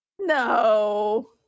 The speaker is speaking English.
No